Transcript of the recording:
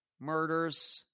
murders